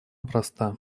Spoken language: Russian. проста